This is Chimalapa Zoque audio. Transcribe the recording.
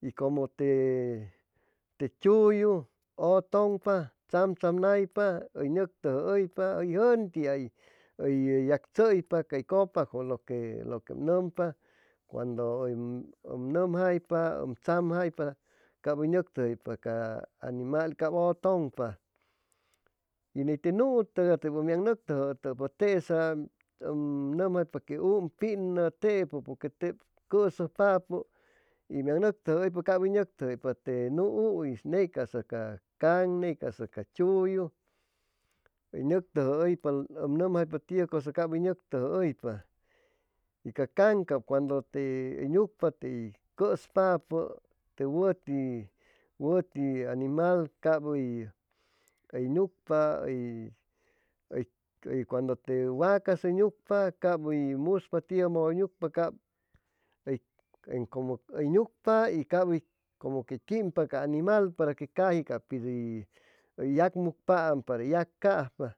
Y cumu te chu'yu utun'pa tsamtsamnaypa uy nuctuju uypa uy juntia yactsuypa ca cupacju lu que um numpa cuandu um numjaypa cab uy nuctuju uypa ca animal cab utun'pa y ni te nu'u tuga uyamnuctujuatupa tesa um numjaypa que um pinu tepu pu que teb cusuj'papu y mian noctujuuypa cab uy nuctujuuypa te nu'u ney casa ca kan ney casa ca chu'yu uynuctujuuypa u numjaypa tiu cusa cab uy nuctuju uypa y ca kan cuandu uy nucpa tey cuspapu te wuti animal cab uy nucpa y cuandu te wa'cas uy nuc'pa cab uy muspa tiu mudu uy nucpa cumu que uy quimpa ca animal para que caji uyacmucpaam para que u yacaj'pa